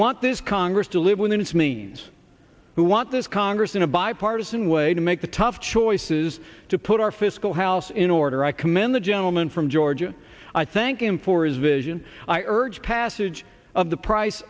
want this congress to live within its means who want this congress in a bipartisan way to make the tough choices to put our fiscal house in order i commend the gentleman from georgia i thank him for his vision i urge passage of the price